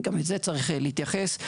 גם לזה צריך להתייחס.